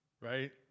right